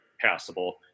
passable